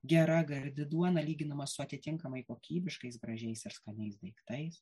gera gardi duona lyginama su atitinkamai kokybiškais gražiais ir skaniais daiktais